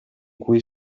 cui